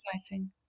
exciting